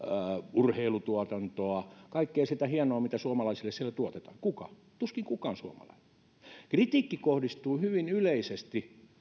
urheilutuotantoa kaikkea sitä hienoa mitä suomalaisille siellä tuotetaan kuka tuskin kukaan suomalainen kritiikki kohdistuu hyvin yleisesti